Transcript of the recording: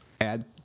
add